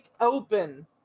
open